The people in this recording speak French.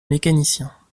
mécaniciens